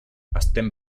estem